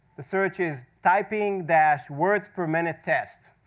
the search is, typing dash words per minute test.